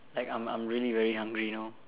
like I'm I'm really very hungry now